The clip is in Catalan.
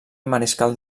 mariscal